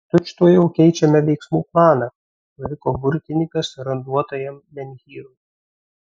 tučtuojau keičiame veiksmų planą suriko burtininkas randuotajam menhyrui